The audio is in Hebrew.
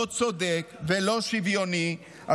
לא צודק ולא שוויוני,